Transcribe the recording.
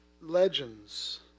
legends